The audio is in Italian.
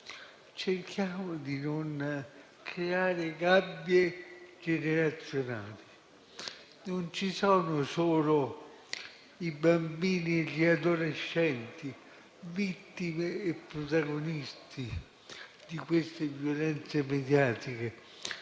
dico a me - di creare gabbie generazionali. Non ci sono solo i bambini e gli adolescenti vittime e protagonisti delle violenze mediatiche.